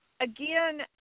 Again